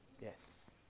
Yes